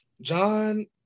John